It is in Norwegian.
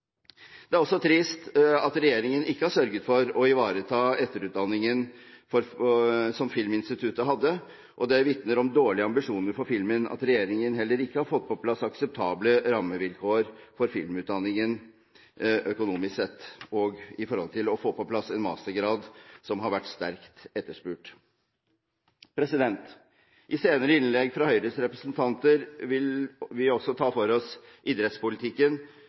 Det er også trist at regjeringen ikke har sørget for å ivareta etterutdanningen som Filminstituttet hadde. Det vitner om dårlige ambisjoner for filmen at regjeringen verken har fått på plass akseptable økonomiske rammevilkår for filmutdanningen eller en mastergrad som har vært sterkt etterspurt. I senere innlegg fra Høyres representanter vil vi også ta for oss idrettspolitikken,